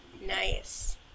Nice